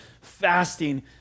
fasting